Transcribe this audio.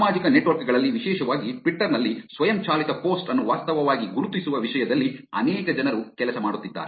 ಸಾಮಾಜಿಕ ನೆಟ್ವರ್ಕ್ ಗಳಲ್ಲಿ ವಿಶೇಷವಾಗಿ ಟ್ವಿಟರ್ ನಲ್ಲಿ ಸ್ವಯಂಚಾಲಿತ ಪೋಸ್ಟ್ ಅನ್ನು ವಾಸ್ತವವಾಗಿ ಗುರುತಿಸುವ ವಿಷಯದಲ್ಲಿ ಅನೇಕ ಜನರು ಕೆಲಸ ಮಾಡುತ್ತಿದ್ದಾರೆ